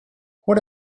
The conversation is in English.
what